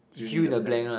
fill in the blank